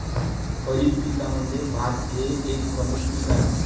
खरीप पिकांमध्ये भात हे एक प्रमुख पीक आहे